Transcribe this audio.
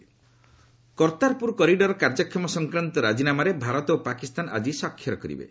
Kartarpur corridor Kartarpur corridor କାର୍ଯ୍ୟକ୍ଷମ ସଂକ୍ରାନ୍ତ ରାଜିନାମାରେ ଭାରତ ଓ ପାକିସ୍ତାନ ଆଜି ସ୍ୱାକ୍ଷର କରିବେ